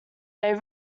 they